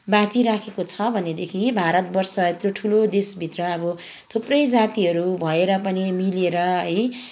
बाँचिराखेको छ भनेदेखि भारतवर्ष यत्रो ठुलो देशभित्र अब थुप्रै जातिहरू भएर पनि मिलेर है